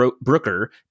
Brooker